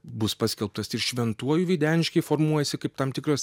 bus paskelbtas ir šventuoju videniškiai formuojasi kaip tam tikras